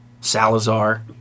Salazar